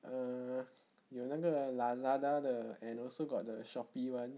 err 有那个 lazada 的 and also got the shopee [one]